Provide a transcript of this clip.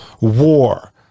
war